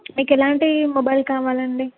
మీకు ఎలాంటి మొబైల్ కావాలి అండి